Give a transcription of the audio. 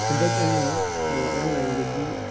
ꯍꯟꯗꯛ ꯑꯩꯅ ꯑꯣꯟꯂꯥꯏꯟꯗꯒꯤ